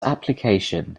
application